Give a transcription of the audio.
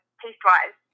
taste-wise